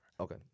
Okay